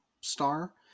star